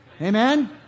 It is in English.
Amen